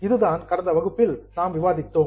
இதுதான் கடந்த வகுப்பில் நாம் விவாதித்தோம்